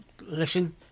listen